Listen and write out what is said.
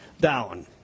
down